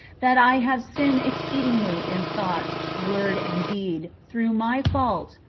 that i have sinned exceedingly in thought, word and deed, through my fault,